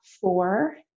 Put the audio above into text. four